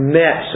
met